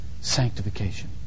sanctification